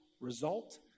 result